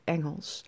Engels